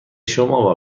شما